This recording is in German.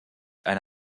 eine